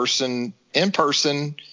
in-person